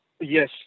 Yes